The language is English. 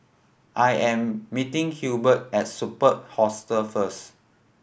I am meeting Hebert at Superb Hostel first